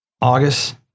August